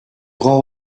grand